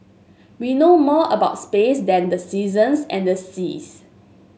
we know more about space than the seasons and the seas